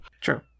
True